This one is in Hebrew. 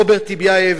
רוברט טיבייב,